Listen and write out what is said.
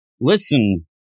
Listen